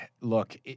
look